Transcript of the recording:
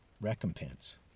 recompense